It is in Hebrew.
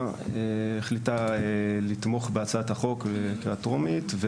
החליטה לתמוך בהצעת החוק בקריאה טרומית,